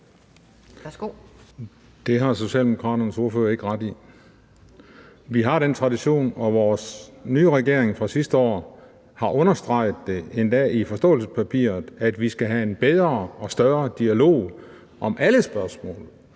Det har Socialdemokraternes ordfører ikke ret i. Vi har den tradition, og vores nye regering fra sidste år har endda understreget det i forståelsespapiret, at vi skal have en bedre og større dialog om alle spørgsmål